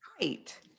right